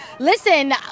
Listen